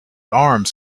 arms